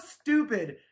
stupid